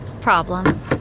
Problem